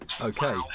Okay